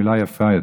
היא מילה יפה יותר.